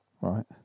Right